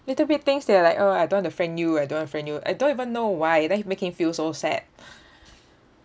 little bit things they're like oh I don't want to friend you I don't want to friend you I don't even know why are that make him feel so sad